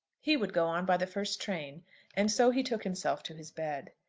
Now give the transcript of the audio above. he would go on by the first train and so he took himself to his bed.